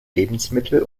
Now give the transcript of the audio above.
lebensmittel